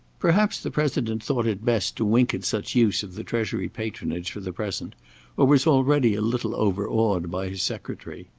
perhaps the president thought it best to wink at such use of the treasury patronage for the present, or was already a little overawed by his secretary.